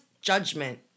judgment